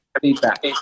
feedback